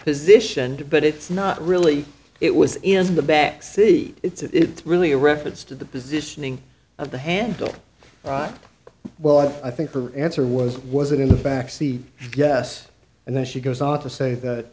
position but it's not really it was in the back seat it's really a reference to the positioning of the handle right well i think her answer was was it in the back seat yes and then she goes on to say that